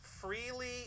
freely